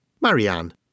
Marianne